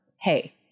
hey